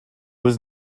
was